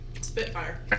Spitfire